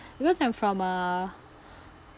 because I'm from uh